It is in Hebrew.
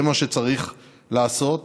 זה מה שצריך לעשות.